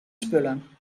spullen